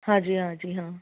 हाँ जी हाँ जी हाँ